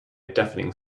deafening